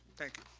thank you.